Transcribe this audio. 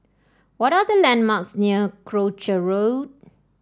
what are the landmarks near Croucher Road